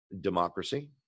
democracy